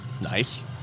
Nice